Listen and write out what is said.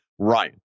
Right